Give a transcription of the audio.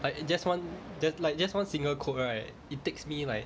like just one just like just one single code right it takes me like